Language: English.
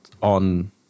on